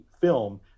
film